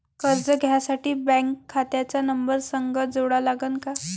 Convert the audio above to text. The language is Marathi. कर्ज घ्यासाठी बँक खात्याचा नंबर संग जोडा लागन का?